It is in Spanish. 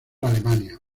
alemania